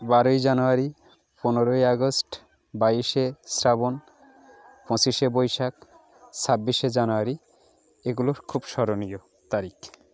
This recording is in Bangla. বারোই জানুয়ারি পনেরোই আগস্ট বাইশে শ্রাবণ পঁচিশে বৈশাখ ছাব্বিশে জানুয়ারি এগুলো খুব স্মরণীয় তারিখ